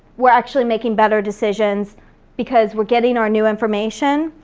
we're actually making better decisions because we're getting our new information,